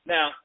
Now